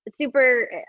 super